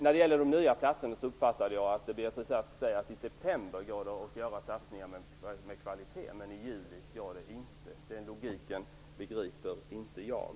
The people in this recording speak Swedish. När det gäller de nya platserna uppfattade jag det så att Beatrice Ask sade att det går att göra satsningar i september med kvalitet men att det inte går i juli. Den logiken begriper inte jag.